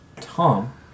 Tom